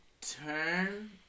turn